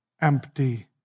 empty